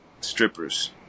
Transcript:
strippers